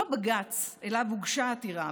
אותו בג"ץ שאליו הוגשה העתירה,